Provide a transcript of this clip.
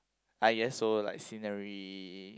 I guess so like scenery